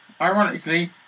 Ironically